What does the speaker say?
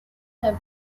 have